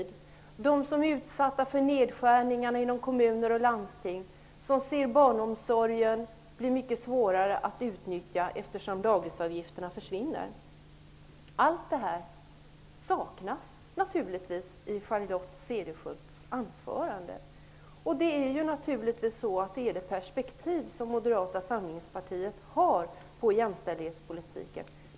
Det är de som är utsatta för nedskärningar inom kommuner och landsting och som får mycket svårare att utnyttja barnomsorgen, eftersom dagisavgifterna höjs. Allt detta saknas i Charlotte Cederschiölds anförande. Det är det perspektiv som Moderata samlingspartiet har på jämställdhetspolitiken.